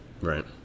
Right